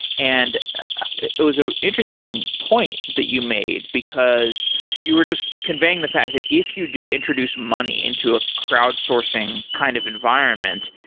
and it it was an ah interesting point that you made, because you were just conveying the fact that if you do introduce money into a crowdsourcing kind of environment,